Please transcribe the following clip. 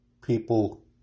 people